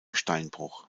steinbruch